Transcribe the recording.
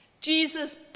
jesus